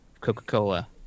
Coca-Cola